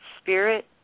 spirit